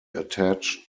attached